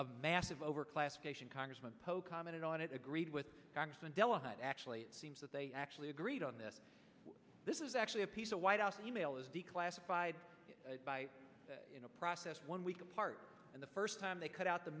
of massive overclassification congressman poe commented on it agreed with congressman delahunt actually it seems that they actually agreed on this this is actually a piece of white house e mail is declassified by a process one week apart and the first time they cut out the